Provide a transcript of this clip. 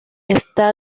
está